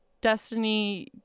Destiny